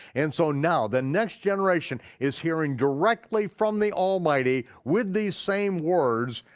and so now, the next generation is hearing directly from the almighty with these same words,